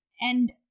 And-